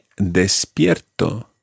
despierto